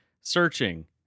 searching